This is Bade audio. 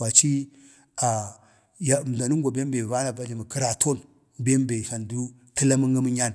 ﻿kwaci əndangwa bem be vana va jləmək kəraton bem be cancu təlamən əmnya